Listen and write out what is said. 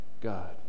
God